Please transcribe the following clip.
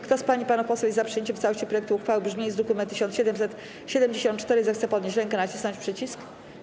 Kto z pań i panów posłów jest za przyjęciem w całości projektu uchwały w brzmieniu z druku nr 1774, zechce podnieść rękę i nacisnąć przycisk.